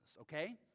Okay